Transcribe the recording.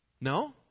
No